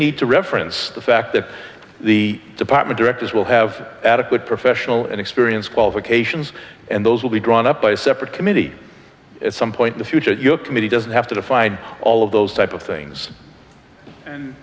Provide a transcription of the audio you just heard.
need to reference the fact that the department directors will have adequate professional and experience qualifications and those will be drawn up by a separate committee at some point the future of your committee doesn't have to define all of those type of things